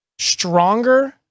stronger